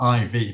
IV